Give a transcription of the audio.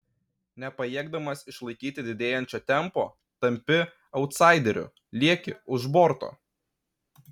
nepajėgdamas išlaikyti didėjančio tempo tampi autsaideriu lieki už borto